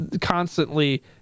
constantly